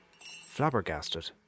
flabbergasted